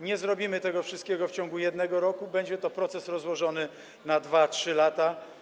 Nie zrobimy tego wszystkiego w ciągu jednego roku, będzie to proces rozłożony na 2–3 lata.